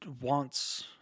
wants